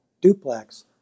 duplex